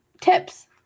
tips